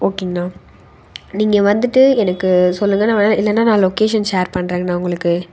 ஓகேங்கண்ணா நீங்கள் வந்துட்டு எனக்கு சொல்லுங்க நான் வேணுணா இல்லைன்னா நான் லொக்கேஷன் ஷேர் பண்றேங்கண்ணா உங்களுக்கு